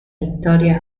victoria